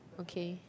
okay